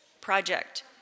Project